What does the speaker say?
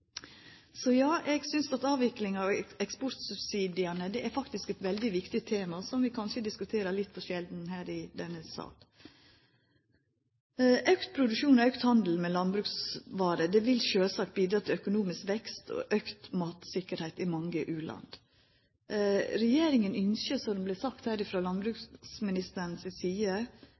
Så ja, eg synest at avviklinga av eksportsubsidiane faktisk er eit veldig viktig tema, som vi kanskje diskuterer litt for sjeldan her i denne sal. Auka produksjon og auka handel med landbruksvarer vil sjølvsagt bidra til økonomisk vekst og auka mattryggleik i mange u-land. Regjeringa ønskjer, som det vart sagt her frå landbruksministeren si side,